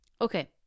Okay